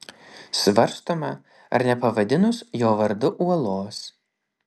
svarstoma ar nepavadinus jo vardu uolos